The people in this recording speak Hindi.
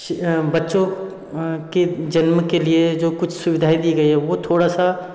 बच्चों के जन्म के लिए जो कुछ सुविधाएँ दी गई है वो थोड़ा सा